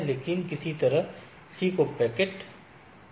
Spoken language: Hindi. लेकिन किसी तरह C को पैकेट खो जाता है